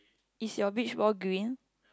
is your beach ball green